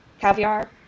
Caviar